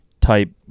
type